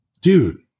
Dude